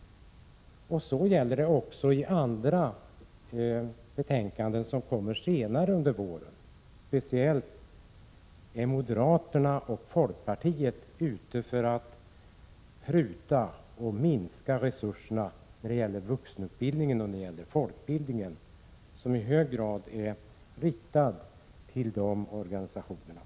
Detta gäller även beträffande andra betänkanden, som kommer senare under våren. Det är speciellt moderata samlingspartiet och folkpartiet som är ute för att pruta på och minska resurserna när det gäller vuxenutbildningen och folkbildningen, som i hög grad är riktad till de organisationerna.